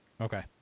Okay